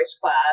class